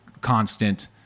constant